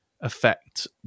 affect